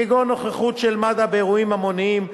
כגון נוכחות באירועים המוניים,